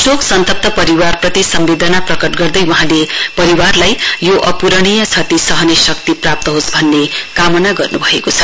शोक सन्तप्त परिवारप्रति सम्वेदना प्रकट गर्दै वहाँले परिवारलाई यो अपूरणीय क्षति सहने शक्ति प्राप्त होस् भन्ने कामना गर्न् भएको छ